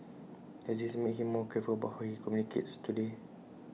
has this made him more careful about how he communicates today